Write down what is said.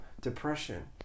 Depression